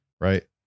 right